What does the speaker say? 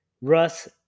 Russ